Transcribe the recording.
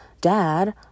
dad